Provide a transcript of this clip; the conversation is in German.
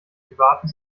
privaten